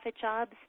jobs